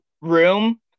room